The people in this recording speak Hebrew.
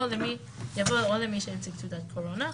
או למי שהציג תעודת קורונה.